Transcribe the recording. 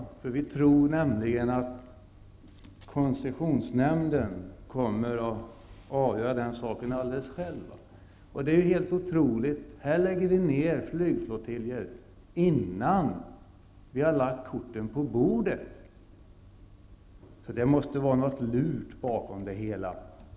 Vi tror nämligen att koncessionsnämnden kommer att avgöra den saken alldeles själv. Här lägger vi ner flygflottiljer, innan vi har lagt korten på bordet. Det är helt otroligt! Det måste vara något lurt bakom det hela.